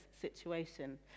situation